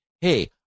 hey